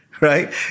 Right